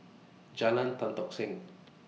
Jalan Tan Tock Seng